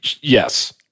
Yes